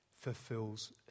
fulfills